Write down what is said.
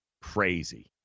Crazy